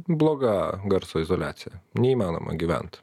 bloga garso izoliacija neįmanoma gyvent